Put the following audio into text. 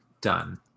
done